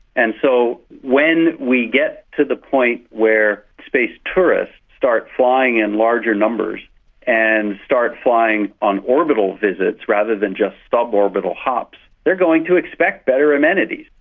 and so when we get to the point where space tourists start flying in larger numbers and start flying on orbital visits rather than just suborbital hops, they're going to expect better amenities,